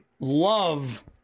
Love